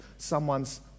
Someone's